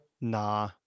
Nah